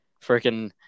freaking